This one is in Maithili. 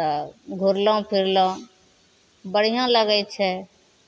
तऽ घुरलहुँ फिरलहुँ बढ़िआँ लगै छै